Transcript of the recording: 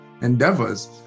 endeavors